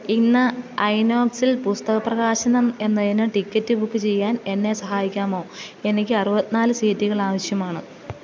ഇന്ന് ഐനോക്സിൽ പുസ്തക പ്രകാശനം എന്നതിന് ടിക്കറ്റ് ബുക്ക് ചെയ്യാൻ എന്നെ സഹായിക്കാമോ എനിക്ക് അറുപത്തി നാല് സീറ്റുകൾ ആവശ്യമാണ്